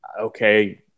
Okay